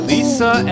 Lisa